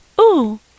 ooh